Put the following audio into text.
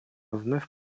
вновь